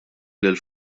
lill